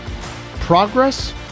progress